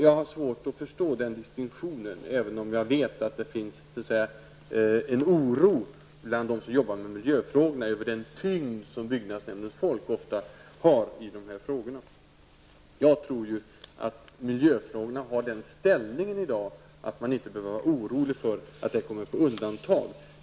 Jag har svårt att förstå den distinktionen, även om jag vet att det bland de som arbetar med miljöfrågor finns en oro över den tyngd som byggnadsnämndens folk ofta har i dessa frågor. Jag tror att miljöfrågorna i dag har en sådan ställning att man inte behöver oroa sig för att de kommer på undantag.